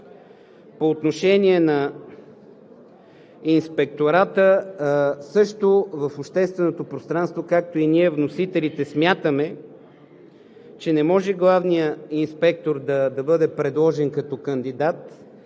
По отношение на Инспектората също в общественото пространство, както и ние вносителите смятаме, че не може главният инспектор да бъде предложен като кандидат,